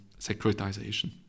securitization